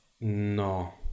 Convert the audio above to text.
No